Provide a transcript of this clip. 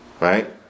Right